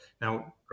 Now